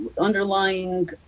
underlying